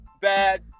bad